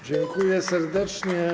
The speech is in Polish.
Dziękuję serdecznie.